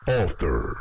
author